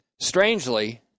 Strangely